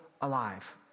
alive